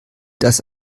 das